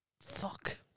Fuck